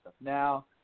now